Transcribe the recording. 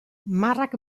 marrak